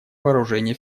вооружений